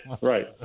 Right